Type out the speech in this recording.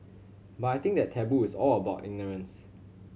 but I think that taboo is all about ignorance